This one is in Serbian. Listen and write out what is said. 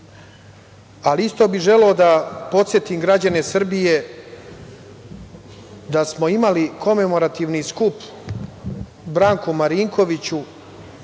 šok. Isto bih želeo da podsetim građane Srbije da smo imali komemorativni skup Branku Marinkoviću